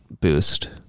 boost